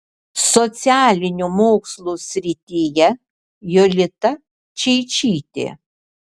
socialinių mokslų srityje jolita čeičytė